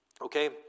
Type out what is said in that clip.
Okay